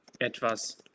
etwas